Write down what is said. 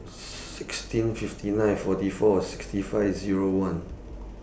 sixteen fifty nine forty four sixty five Zero one